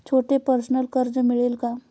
छोटे पर्सनल कर्ज मिळेल का?